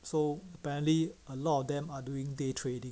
so apparently a lot of them are doing day trading